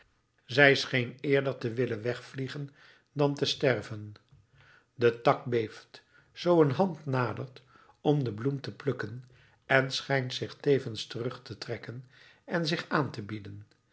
zij scheen eerder te willen wegvliegen dan te sterven de tak beeft zoo een hand nadert om de bloem te plukken en schijnt zich tevens terug te trekken en zich aan te bieden